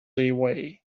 away